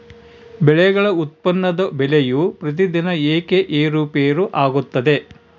ಬೆಳೆಗಳ ಉತ್ಪನ್ನದ ಬೆಲೆಯು ಪ್ರತಿದಿನ ಏಕೆ ಏರುಪೇರು ಆಗುತ್ತದೆ?